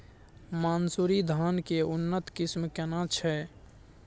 मानसुरी धान के उन्नत किस्म केना छै?